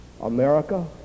America